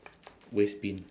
waste bin